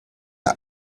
axe